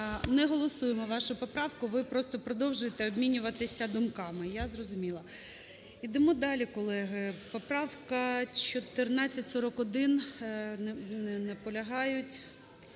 Не голосуємо вашу поправку. Ви просто продовжуєте обмінюватися думками, я зрозуміла. Ідемо далі, колеги. Поправка 1441. Не наполягають.